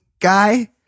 guy